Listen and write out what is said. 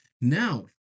Now